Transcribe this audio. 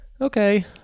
Okay